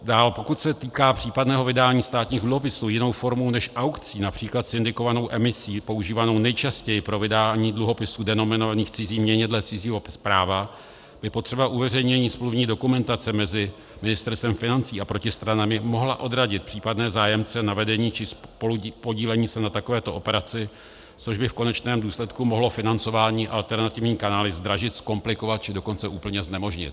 Dále pokud se týká případného vydání státních dluhopisů jinou formou než aukcí, například syndikovanou emisí používanou nejčastěji pro vydání dluhopisů denominovaných v cizí měně dle cizího práva, by potřeba uveřejnění smluvní dokumentace mezi Ministerstvem financí a protistranami mohla odradit případné zájemce na vedení či spolupodílení se na takovéto operaci, což by v konečném důsledku mohlo financování alternativními kanály zdražit, zkomplikovat, či dokonce úplně znemožnit.